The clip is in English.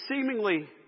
seemingly